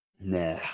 nah